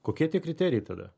kokie tie kriterijai tada